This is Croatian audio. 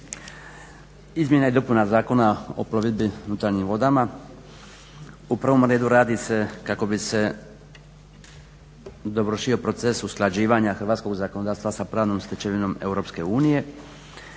Izmjena i dopuna Zakona o plovidbi unutarnjim vodama u prvom redu radi se kako bi se dovršio proces usklađivanja hrvatskog zakonodavstva sa pravnom stečevinom EU i